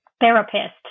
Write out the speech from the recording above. therapist